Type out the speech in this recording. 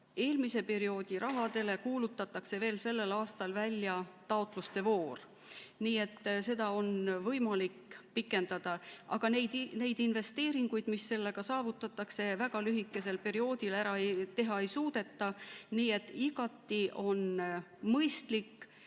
eelmise perioodi rahadele kuulutatakse veel sellel aastal välja taotluste voor. Nii et seda on võimalik pikendada. Aga neid investeeringuid, mis sellega saavutatakse, väga lühikesel perioodil ära teha ei suudeta. Nii et on igati mõistlik